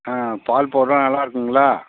ஆ பால் பவுட்ருலாம் நல்லா இருக்குங்களா